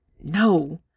no